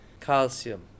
calcium